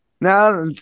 now